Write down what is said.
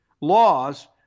laws